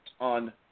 on